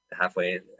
halfway